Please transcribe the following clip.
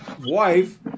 wife